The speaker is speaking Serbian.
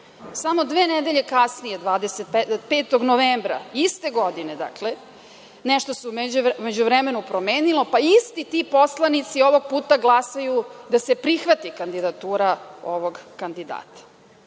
dve nedelje kasnije, 5. novembra iste godine, nešto se u međuvremenu promenilo, pa isti ti poslanici ovog puta glasaju da se prihvati kandidatura ovog kandidata.